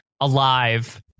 alive